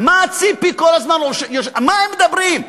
מה ציפי כל הזמן, על מה הם מדברים?